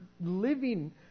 living